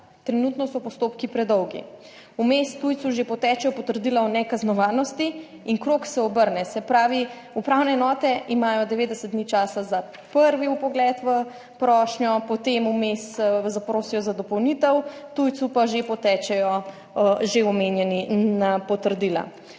trenutno so postopki predolgi, vmes tujcu že potečejo potrdila o nekaznovanosti in krog se obrne, se pravi, upravne enote imajo 90 dni časa za prvi vpogled v prošnjo, potem vmes zaprosijo za dopolnitev, tujcu pa že potečejo že omenjeni na potrdila.